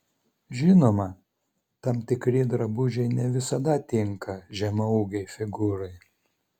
žinoma tam tikri drabužiai ne visada tinka žemaūgei figūrai